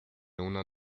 una